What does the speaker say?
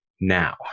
now